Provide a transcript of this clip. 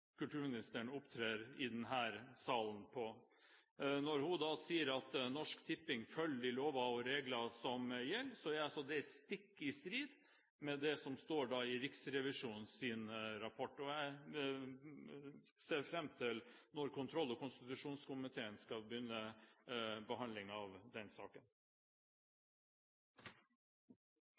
kulturministeren opptrer i denne salen på. Når hun sier at Norsk Tipping følger de lover og regler som gjelder, er det stikk i strid med det som står i Riksrevisjonens rapport. Jeg ser frem til at kontroll- og konstitusjonskomiteen skal begynne behandlingen av den saken.